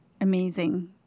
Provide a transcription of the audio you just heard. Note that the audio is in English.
amazing